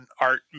art